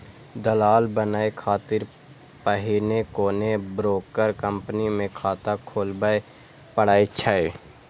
दलाल बनै खातिर पहिने कोनो ब्रोकर कंपनी मे खाता खोलबय पड़ै छै